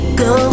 go